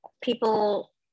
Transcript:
people